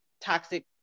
toxic